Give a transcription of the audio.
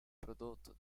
prodotto